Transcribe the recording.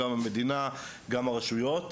גם מהמדינה וגם מהרשויות.